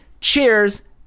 Cheers